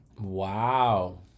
Wow